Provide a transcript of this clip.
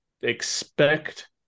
expect